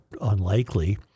unlikely